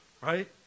right